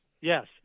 yes